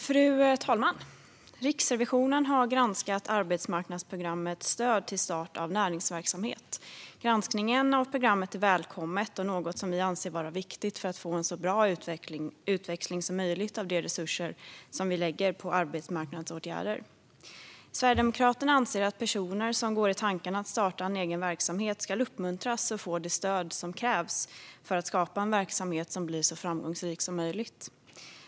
Fru talman! Riksrevisionen har granskat arbetsmarknadsprogrammet Stöd till start av näringsverksamhet. Granskningen av programmet är välkommen och något som vi anser vara viktigt för att få en så bra utväxling som möjligt av de resurser som läggs på arbetsmarknadsåtgärder. Sverigedemokraterna anser att personer som går i tankar att starta en egen verksamhet ska uppmuntras och få det stöd som krävs för att de ska kunna skapa en verksamhet som blir så framgångsrik som möjligt.